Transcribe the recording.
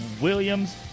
williams